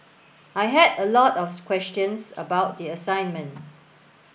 I had a lot of questions about the assignment